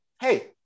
hey